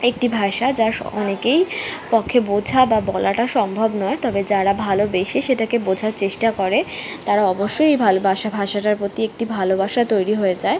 একটি ভাষা যা অনেকের পক্ষে বোঝা বা বলাটা সম্ভব নয় তবে যারা ভালোবেসে সেটাকে বোঝার চেষ্টা করে তারা অবশ্যই ভালোবাসা ভাষাটার প্রতি একটি ভালোবাসা তৈরি হয়ে যায়